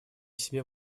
себе